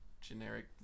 generic